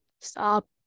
stop